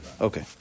Okay